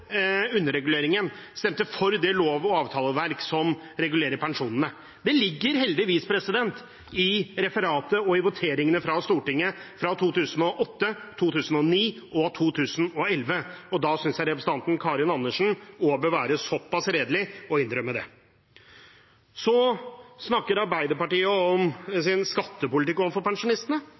underreguleringen, stemte for det lov- og avtaleverk som regulerer pensjonene. Det ligger heldigvis i referatet og i voteringene i Stortinget fra 2008, 2009 og 2011, og da synes jeg representanten Karin Andersen bør være såpass redelig at hun innrømmer det. Arbeiderpartiet snakker om sin skattepolitikk overfor pensjonistene.